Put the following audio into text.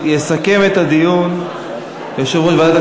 תודה רבה לחבר הכנסת אראל מרגלית.